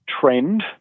trend